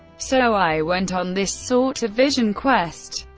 so i went on this sort of vision quest.